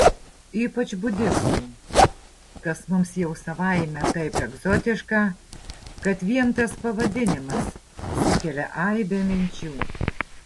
ypač budistų kas mums jau savaime taip egzotiška kad vien tas pavadinimas sukelia aibę minčių